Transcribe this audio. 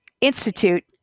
Institute